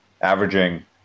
averaging